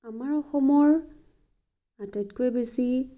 আমাৰ অসমৰ আটাইতকৈ বেছি